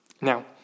Now